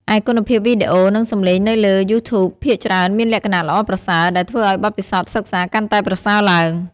ឯគុណភាពវីដេអូ និងសំឡេងនៅលើ យូធូប ភាគច្រើនមានលក្ខណៈល្អប្រសើរ ដែលធ្វើឲ្យបទពិសោធន៍សិក្សាកាន់តែប្រសើរឡើង។